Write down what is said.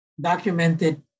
documented